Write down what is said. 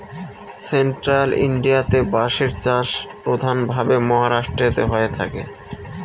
central ইন্ডিয়াতে বাঁশের চাষ প্রধান ভাবে মহারাষ্ট্রেতে হয়ে থাকে